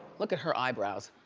look at her eyebrows.